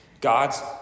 God's